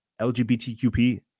LGBTQP